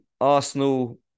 Arsenal